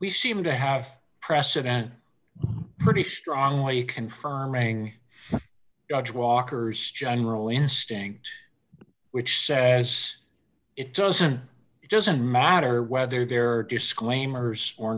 we seem to have precedents pretty strongly confirming judge walker's general instinct which says it doesn't it doesn't matter whether there are disclaimers or